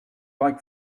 like